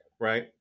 right